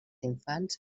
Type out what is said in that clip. infants